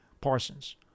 Parsons